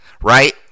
right